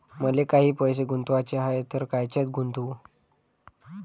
मले काही पैसे गुंतवाचे हाय तर कायच्यात गुंतवू?